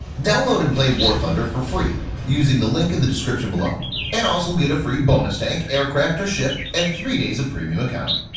download and play war thunder for free using the link in the description below and also get a free bonus tank or aircraft or ship and three days of premium account.